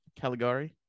Caligari